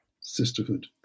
sisterhood